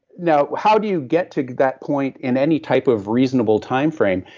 now how do you get to that point in any type of reasonable timeframe?